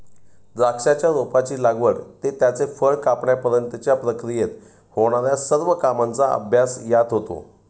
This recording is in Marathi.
द्राक्षाच्या रोपाची लागवड ते त्याचे फळ कापण्यापर्यंतच्या प्रक्रियेत होणार्या सर्व कामांचा अभ्यास यात होतो